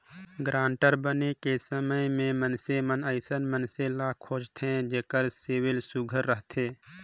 guarantor बनाए के समे में मइनसे मन अइसन मइनसे ल खोझथें जेकर सिविल सुग्घर रहथे